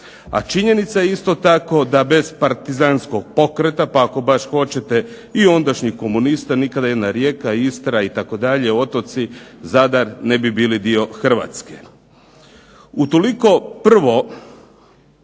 A činjenica je isto tako da bez partizanskog pokreta, pa ako baš hoćete i ondašnjih komunista, jer nikada jedna Rijeka, Istra itd. otoci Zadar ne bi bili dio Hrvatske.